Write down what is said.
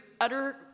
utter